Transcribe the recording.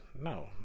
no